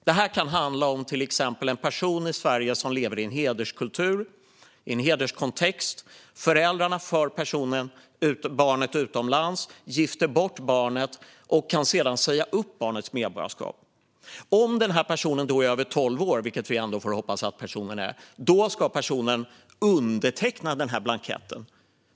Det kan till exempel handla om en person i Sverige som lever i en hederskultur eller hederskontext. Föräldrarna för barnet utomlands, gifter bort barnet och kan sedan säga upp barnets medborgarskap. Om personen är över tolv år - vilket vi ändå får hoppas - ska personen underteckna blanketten.